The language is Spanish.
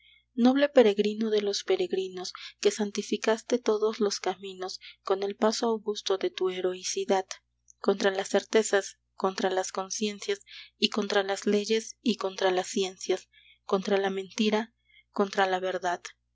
noble peregrino de los peregrinos que santificaste todos los caminos con el paso augusto de tu heroicidad contra las certezas contra las conciencias y contra las leyes y contra las ciencias contra la mentira contra la verdad